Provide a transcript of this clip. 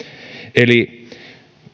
eli